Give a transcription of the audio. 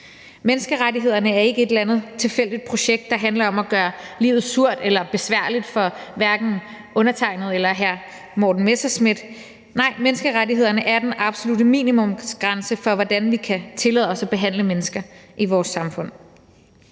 Menneskerettighederne er ikke et eller andet tilfældigt projekt, der handler om at gøre livet surt eller besværligt for undertegnede eller hr. Morten Messerschmidt. Nej, menneskerettighederne er den absolutte minimumsgrænse for, hvordan vi kan tillade os at behandle mennesker i vores samfund.